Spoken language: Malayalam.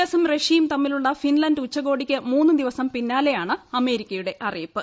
എസും റഷ്യയും തമ്മിലുള്ള ഫിൻലൻഡ് ഉച്ചകോടിക്ക് മൂന്ന് ദിവസം പിന്നാലെയാണ് അമേരിക്കയുടെ അറിയിപ്പ്